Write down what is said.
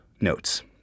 notes